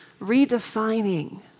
redefining